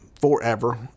forever